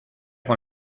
con